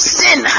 sin